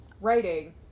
writing